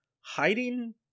hiding